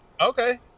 Okay